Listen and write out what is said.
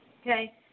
okay